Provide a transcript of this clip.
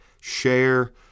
share